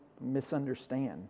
misunderstand